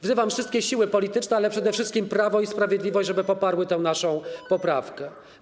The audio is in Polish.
Wzywam wszystkie siły polityczne, ale przede wszystkim Prawo i Sprawiedliwość, żeby poparły tę naszą poprawkę.